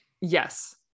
Yes